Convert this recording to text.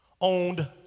owned